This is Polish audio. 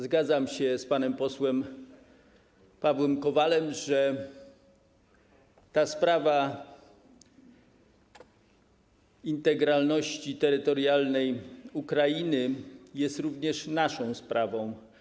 Zgadzam się z panem posłem Pawłem Kowalem, że sprawa integralności terytorialnej Ukrainy jest również naszą sprawą.